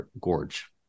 Gorge